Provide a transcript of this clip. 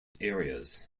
areas